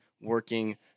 working